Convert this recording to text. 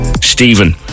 Stephen